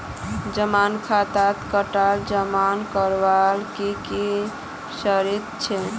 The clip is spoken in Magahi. जमा खातात टका जमा करवार की की शर्त छे?